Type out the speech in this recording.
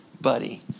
buddy